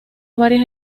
varias